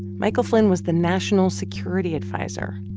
michael flynn was the national security adviser.